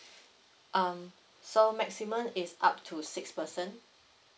um so maximum is up to six person